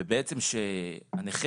ובעצם כשהנכה,